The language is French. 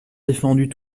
défendus